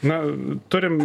na turim